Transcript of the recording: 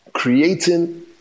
creating